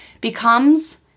becomes